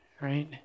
right